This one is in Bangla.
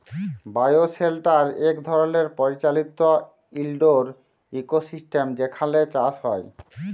বায়োশেল্টার ইক ধরলের পরিচালিত ইলডোর ইকোসিস্টেম যেখালে চাষ হ্যয়